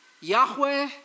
Yahweh